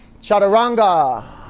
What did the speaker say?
Chaturanga